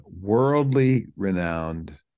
worldly-renowned